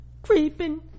Creeping